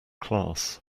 class